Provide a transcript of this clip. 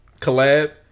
collab